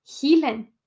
healing